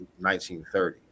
1930s